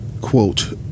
Quote